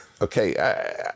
Okay